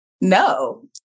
No